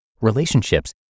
relationships